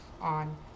on